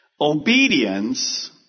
Obedience